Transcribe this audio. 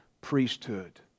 priesthood